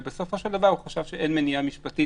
ובסופו של דבר הוא חשב שאין מניעה משפטית